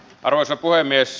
arvoisa puhemies